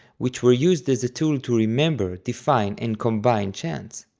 which were used as a tool to remember, define and combine chants.